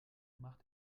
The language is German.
mach